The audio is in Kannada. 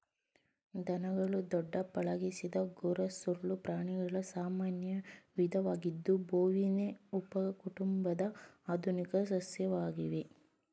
ದನಗಳು ದೊಡ್ಡ ಪಳಗಿಸಿದ ಗೊರಸುಳ್ಳ ಪ್ರಾಣಿಗಳ ಸಾಮಾನ್ಯ ವಿಧವಾಗಿದ್ದು ಬೋವಿನಿ ಉಪಕುಟುಂಬದ ಆಧುನಿಕ ಸದಸ್ಯವಾಗಿವೆ